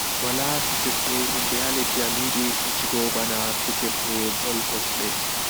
Wala fijirde himɓe yidi larugo ha leddi amin ball kosɗe.